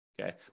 okay